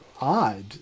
odd